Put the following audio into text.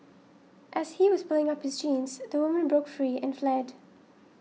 as he was pulling up his jeans the woman broke free and fled